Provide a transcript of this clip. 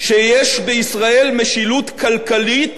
שיש בישראל משילות כלכלית,